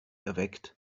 erweckt